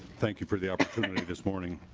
thank you for the opportunity to this morning.